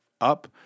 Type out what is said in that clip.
up